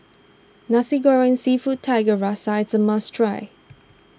Nasi Goreng Seafood Tiga Rasa is a must try